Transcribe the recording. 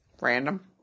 Random